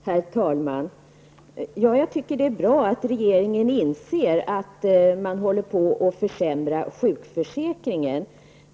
Herr talman! Jag tycker att det är bra att regeringen inser att man håller på att försämra sjukförsäkringen.